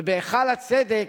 ובהיכל הצדק,